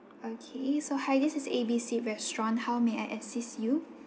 okay so hi this is A B C restaurant how may I assist you